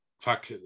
fuck